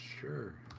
sure